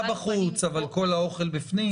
החופה בחוץ, אבל כל האוכל בפנים.